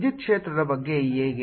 ವಿದ್ಯುತ್ ಕ್ಷೇತ್ರದ ಬಗ್ಗೆ ಹೇಗೆ